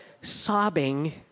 sobbing